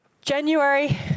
January